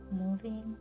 moving